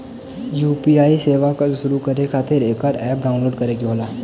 UPI सेवा क शुरू करे खातिर एकर अप्प डाउनलोड करे क होला